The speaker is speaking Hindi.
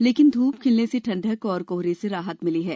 लेकिन धूप खिलने से ठंडक और कोहरे से राहत मिली है